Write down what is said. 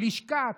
לשכה,